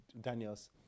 Daniel's